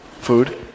Food